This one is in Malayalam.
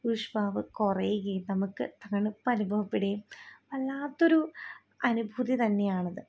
ഊഷ്മാവ് കുറയുകയും നമുക്ക് തണുപ്പ് അനുഭവപ്പെടുകയും വല്ലാത്തൊരു അനുഭൂതി തന്നെയാണത്